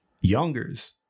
youngers